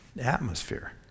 atmosphere